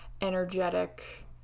energetic